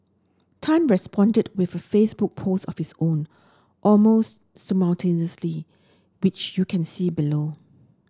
Tan responded with a Facebook post of his own almost simultaneously which you can see below